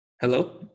Hello